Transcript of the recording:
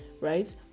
right